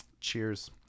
Cheers